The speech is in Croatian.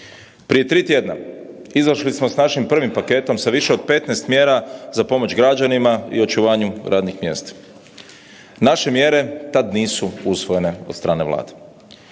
Prije tri tjedna izašli smo s našim prvim paketom sa više od 15 mjera za pomoć građanima i očuvanju radnih mjesta. Naše mjere tad nisu usvojene od strane Vlade.